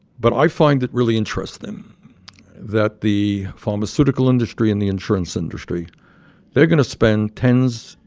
but i find it really interesting that the pharmaceutical industry and the insurance industry they're going to spend tens,